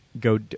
go